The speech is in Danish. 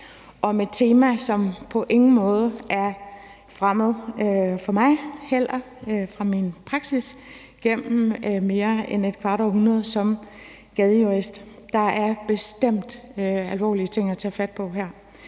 om et tema, som på ingen måde er fremmed for mig på grund af min praksis gennem mere end et kvart århundrede som gadejurist. Der er bestemt alvorlige ting at tage fat på her.